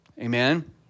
amen